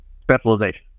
specialization